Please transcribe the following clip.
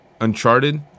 Uncharted